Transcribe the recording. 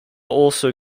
also